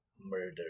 murder